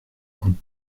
und